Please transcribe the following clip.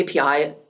API